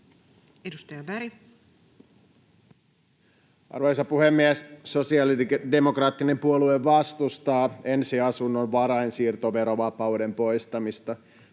Content: Arvoisa puhemies! Sosiaalidemokraattinen puolue vastustaa ensiasunnon varainsiirtoverovapauden poistamista.